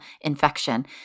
infection